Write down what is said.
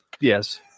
Yes